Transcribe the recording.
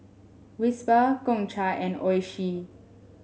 Whisper Gongcha and Oishi